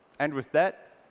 and with that,